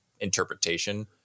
interpretation